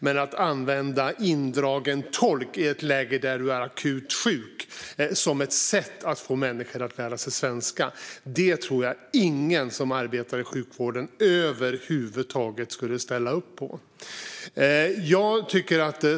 Men att i ett läge där någon är akut sjuk använda indragen tolk som ett sätt att få människor att lära sig svenska tror jag inte att någon som arbetar i sjukvården över huvud taget skulle ställa upp på.